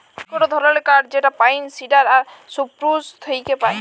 ইকটো ধরণের কাঠ যেটা পাইন, সিডার আর সপ্রুস থেক্যে পায়